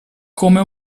come